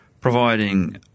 providing